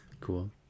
Cool